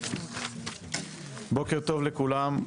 בוקר טוב לכולם.